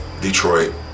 Detroit